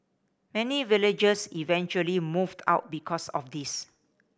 many villagers eventually moved out because of this